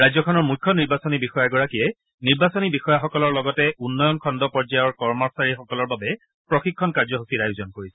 ৰাজ্যখনৰ মুখ্য নিৰ্বাচনী বিষয়াগৰাকীয়ে নিৰ্বাচনী বিষয়াসকলৰ লগতে উন্নয়ন খণ্ড পৰ্যায়ৰ কৰ্মচাৰীসকলৰ বাবে প্ৰশিক্ষণ কাৰ্যসূচীৰ আয়োজন কৰিছে